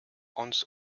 hans